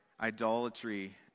idolatry